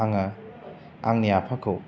आङो आंनि आफाखौ